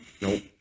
Nope